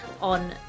on